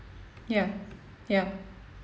ya ya